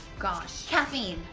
gosh. caffeine.